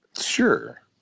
Sure